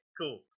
cool